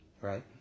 right